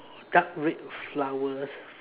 dark red flowers